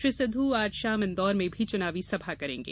श्री सिद्ध आज शाम इन्दौर में भी चुनावी सभा करेंगे